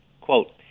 Quote